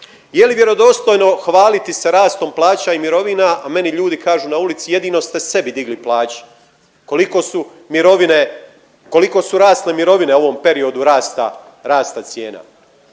Je li vjerodostojno hvaliti se rastom plaća i mirovinama, a meni ljudi kažu na ulici, jedino ste sebi digli plaće? Koliko su mirovine, koliko su rasle mirovine u ovom periodu rasta cijena?